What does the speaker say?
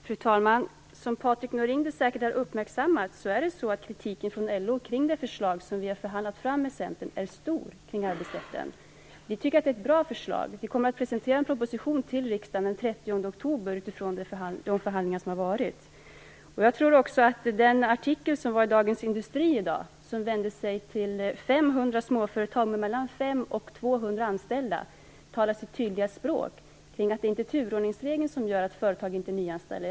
Fru talman! Som Patrik Norinder säkert har uppmärksammat är LO starkt kritiskt mot det förslag om arbetsrätten som vi har förhandlat fram med Centern. Vi tycker att det är ett bra förslag, och vi kommer att presentera en proposition till riksdagen den 30 oktober utifrån de förhandlingar som har varit. Jag tror också att den artikel som stod i Dagens Industri i dag, där man hade vänt sig till 500 småföretag med mellan 5 och 200 anställda, talar sitt tydliga språk om att det inte är turordningsregeln som gör att företag inte nyanställer.